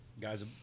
guys